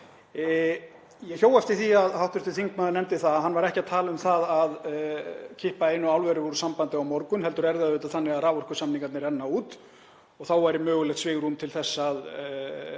Ég hjó eftir því að hv. þingmaður nefndi það að hann væri ekki að tala um það að kippa einu álveri úr sambandi á morgun heldur er það auðvitað þannig að raforkusamningarnir renna út og þá væri mögulegt svigrúm til þess að